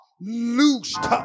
loosed